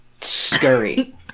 scurry